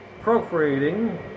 procreating